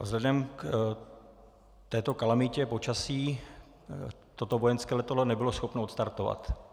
Vzhledem k této kalamitě počasí toto vojenské letadlo nebylo schopno odstartovat.